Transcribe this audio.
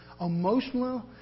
emotional